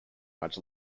much